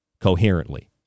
coherently